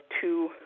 two